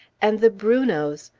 and the brunots!